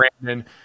Brandon